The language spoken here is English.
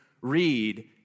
read